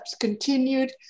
continued